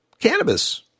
cannabis